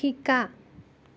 শিকা